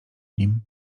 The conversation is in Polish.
nim